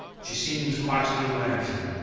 she seemed quite unaware of him,